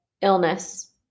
illness